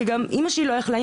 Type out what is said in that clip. גם אימא שלי לא יכלה.